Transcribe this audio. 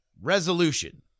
resolution